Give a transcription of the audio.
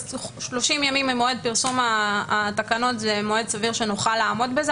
30 ימים ממועד פרסום התקנות זה מועד סביר שנוכל לעמוד בו.